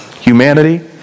humanity